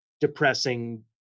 depressing